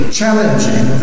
challenging